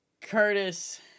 Curtis